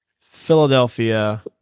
Philadelphia